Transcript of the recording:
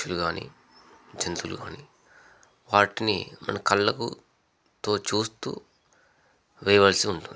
పక్షులు కానీ జంతువులు కానీ వాటిని మన కళ్ళకు తో చూస్తూ వేయవలసి ఉంటుంది